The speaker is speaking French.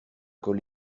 col